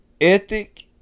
ethic